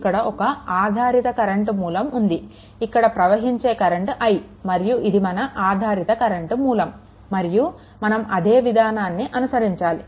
ఇక్కడ ఒక ఆధారిత కరెంట్ మూలం ఉంది ఇక్కడ ప్రవహించే కరెంట్ I మరియు ఇది మన ఆధారిత కరెంట్ మూలం మరియు మనం అదే విధానాన్ని అనుసరించాలి